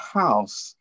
house